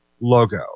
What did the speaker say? logo